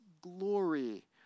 glory